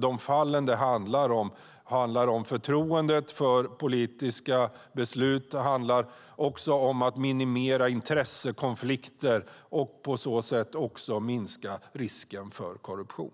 De fall det handlar om gäller förtroendet för politiska beslut och om att minimera intressekonflikter och på så sätt minska risken för korruption.